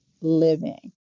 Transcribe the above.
living